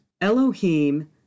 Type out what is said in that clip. Elohim